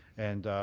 and